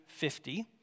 50